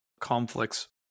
conflicts